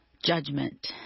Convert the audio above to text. judgment